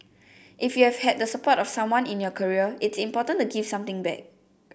if you've had the support of someone in your career it's important to give something back